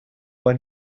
when